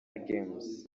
games